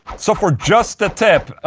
so, for just the tip.